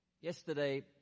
Yesterday